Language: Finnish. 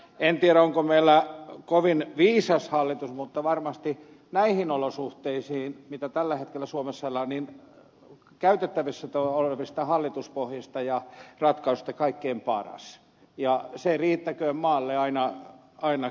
en tiedä onko meillä kovin viisas hallitus mutta varmasti näihin olosuhteisiin missä tällä hetkellä suomessa ollaan käytettävissä olevista hallituspohjista ja ratkaisuista kaikkein paras ja se riittäköön maalle aina kerrallaan